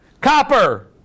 copper